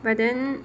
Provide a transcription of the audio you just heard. but then